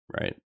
right